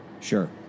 Sure